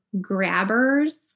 grabbers